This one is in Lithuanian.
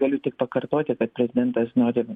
galiu tik pakartoti kad prezidentas nori